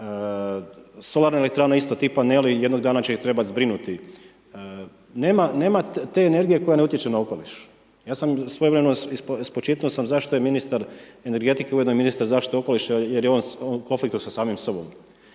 solarna elektrana isto ti paneli jednog dana će ih trebati zbrinuti. Nema te energije koja ne utječe na okoliš. Ja sam svojevremeno, spočitnuo sam zašto je ministar energetike ujedno i ministar zaštite okoliša, jer je on u konfliktu sa samim sobom.